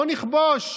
בואו נכבוש.